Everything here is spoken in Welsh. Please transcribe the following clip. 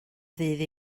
ddydd